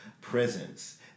presence